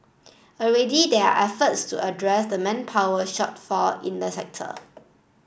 already there are efforts to address the manpower shortfall in the sector